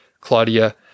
Claudia